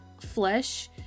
flesh